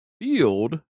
field